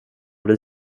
blir